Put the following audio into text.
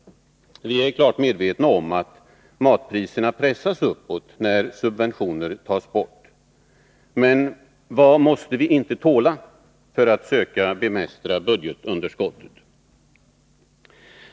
Vi är klart medvetna om att matpriserna pressas uppåt när subventionerna tas bort — men vad måste vi inte tåla för att söka bemästra budgetunderskottet?